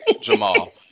Jamal